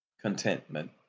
contentment